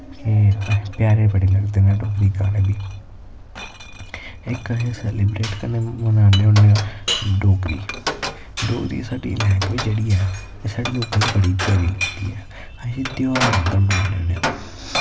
के असें प्यारे बड़े लगदे नै डोगरी गाने बी इक अस सैलीब्रेट कन्नै बनाने होन्ने आं डोगरी डोगरी साढ़ी लैंग्वेज़ जेह्ड़ी ऐ एह् साढ़ी लोकें ई प्यारी लगदी ऐ अस ध्यार आंह्गर बनाने होन्ने आं